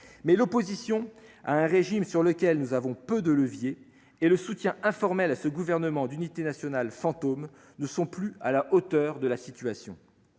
l'opposition à un régime sur lequel nous avons peu de prises et le soutien informel à ce gouvernement d'unité nationale fantôme ne sont plus à la hauteur de la situation.